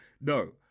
no